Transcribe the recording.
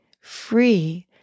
free